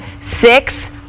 six